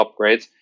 upgrades